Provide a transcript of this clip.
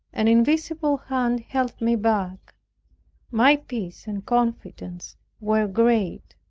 an invisible hand held me back my peace and confidence were great.